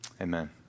Amen